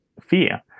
fear